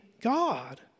God